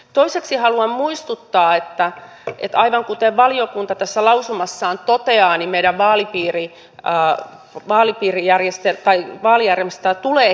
toiseksi haluan muistuttaa että aivan kuten valiokunta tässä lausumassaan toteaa meidän vaalijärjestelmäämme tulee kehittää